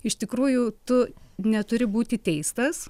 iš tikrųjų tu neturi būti teistas